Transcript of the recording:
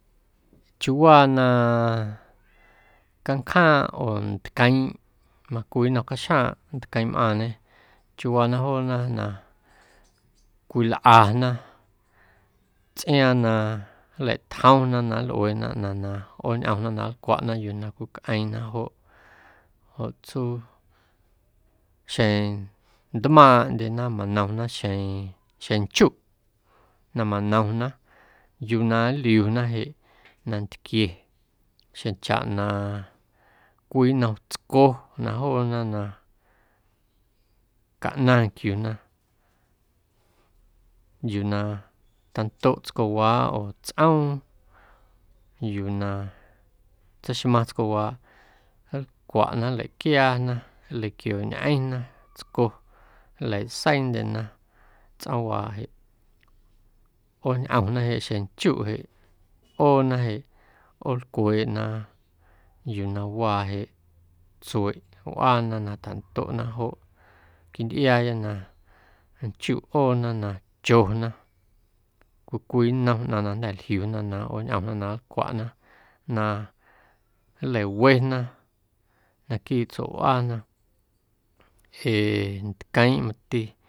Chiuuwaa na canjaaⁿꞌ oo ntqueeⁿꞌ macwii nnom caxjaaⁿꞌ ntqueeⁿꞌmꞌaaⁿñe chiuuwaa na joona na cwilꞌana tsꞌiaaⁿ na nlatjomna na nlꞌueena ꞌnaⁿ na ꞌooñꞌomna na nlcwaꞌna yuu na cwicꞌeeⁿna joꞌ joꞌ tsuu xjeⁿ ntmaaⁿꞌndyena manomna xjeⁿ nchuꞌ na manomna yuu na nliuna nantquie xjeⁿchaꞌna cwii nnom tsco na joona na caꞌnaⁿ nquiuna yuu na tandoꞌ tscowaaꞌ oo tsꞌoom yuu na tseixmaⁿ tscowaaꞌ nlcwaꞌna nlaquiaana, nleiquiooñꞌeⁿna tsco nlaseiindyena tsꞌoomwaaꞌ jeꞌ ꞌooñꞌona jeꞌ xjeⁿ nchuꞌ jeꞌ ꞌoona jeꞌ ꞌoolcweeꞌna yuu na waa jeꞌ tsueꞌ wꞌaana na tandoꞌna joꞌ quintꞌiaaya na nchuꞌ ꞌoona na chona cwii cwii nnom ꞌnaⁿ na jnda̱ ljiuna na ꞌooñꞌomna na nlcwaꞌna na nleiwena naquiiꞌ tsueꞌwꞌaana ee ntqueeⁿꞌ mati.